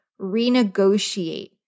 renegotiate